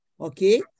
Okay